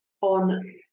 On